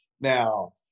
Now